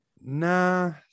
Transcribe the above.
Nah